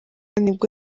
nibwo